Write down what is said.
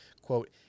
Quote